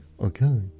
okay